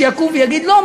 שיקום ויגיד: לא,